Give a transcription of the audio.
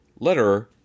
Letterer